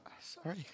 Sorry